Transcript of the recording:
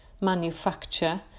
manufacture